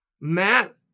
Matt